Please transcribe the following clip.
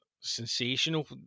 sensational